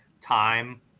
time